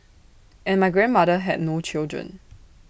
and my grandmother had no children